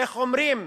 איך אומרים?